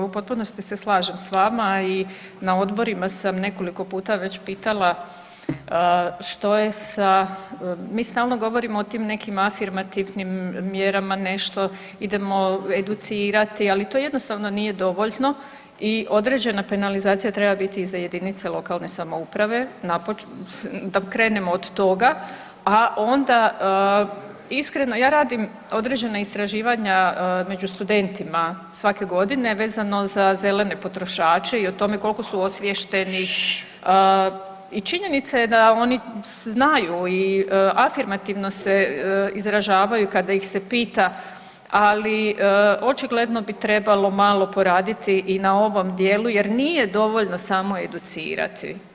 U potpunosti se slažem s vama i na odborima sam nekoliko puta već pitala što je sa, mi stalno govorimo o tim nekim afirmativnim mjerama, idemo educirati, ali to jednostavno nije dovoljno i određena penalizacija treba biti za jedinice lokalne samouprave, da krenemo od toga, a onda, iskreno ja radim određena istraživanja među studentima svake godine vezano za zelene potrošače i o tome koliko su osviješteni i činjenica je da oni znaju i afirmativno se izražavaju kada ih se pita, ali očigledno bi trebalo malo poraditi i na ovom dijelu jer nije dovoljno samo educirati.